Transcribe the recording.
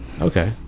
Okay